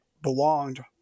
Belonged